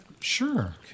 Sure